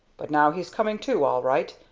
but now he's coming to all right,